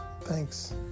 Thanks